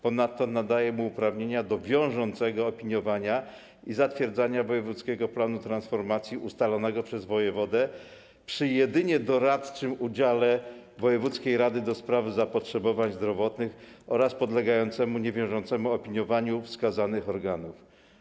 Ponadto nadaje mu uprawnienia do wiążącego opiniowania i zatwierdzania wojewódzkiego planu transformacji ustalonego przez wojewodę przy jedynie doradczym udziale wojewódzkiej rady do spraw zapotrzebowań zdrowotnych oraz podlegającemu niewiążącemu opiniowaniu wskazanych organów.